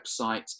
website